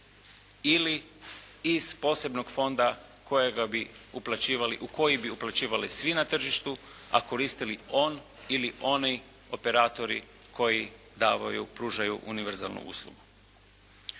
bi, uplaćivali, u koji bi uplaćivali svi na tržištu a koristili on ili oni operatori koji davaju, pružaju univerzalnu uslugu.